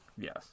Yes